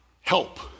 help